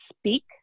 speak